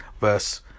verse